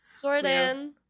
Jordan